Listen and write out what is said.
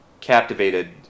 captivated